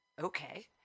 okay